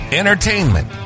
entertainment